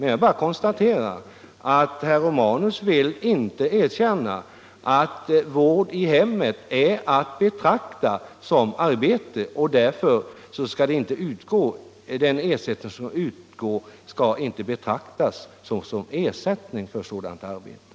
Jag bara konstaterar att herr Romanus inte vill erkänna att vård i hemmet är att betrakta som arbete och att den ersättning som utgår därför skall betraktas såsom ersättning för sådant arbete.